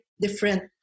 different